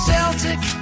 Celtic